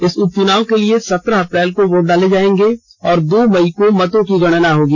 इस उपचुनाव के लिए सत्रह अप्रैल को वोट डाले जाएंगे और दो मई को मतों की गिनती होगी